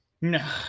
No